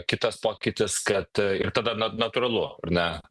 kitas pokytis kad ir tada na natūralu ar ne